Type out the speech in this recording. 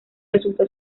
resultó